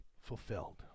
fulfilled